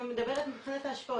אני מדברת מבחינת ההשפעות,